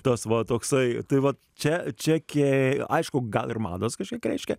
tas va toksai tai vat čia čia ke aišku gal ir mados kažkiek reiškia